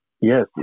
yes